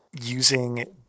using